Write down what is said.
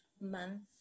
month